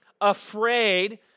Afraid